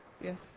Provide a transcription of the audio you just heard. Yes